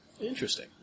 Interesting